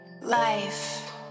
Life